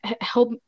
help